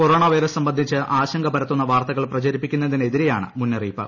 corona virus സംബന്ധിച്ച് ആശങ്ക പരത്തുന്ന വാർത്തകൾ പ്രപ്പര്യ്പ്പിക്കുന്നതിനെതിരെയാണ് മുന്നറിയിപ്പ്